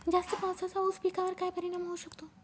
जास्त पावसाचा ऊस पिकावर काय परिणाम होऊ शकतो?